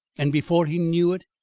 and before he knew it,